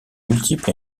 multiples